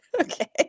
Okay